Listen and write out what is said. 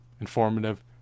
informative